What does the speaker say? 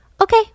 Okay